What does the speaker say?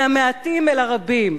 מהמעטים אל הרבים.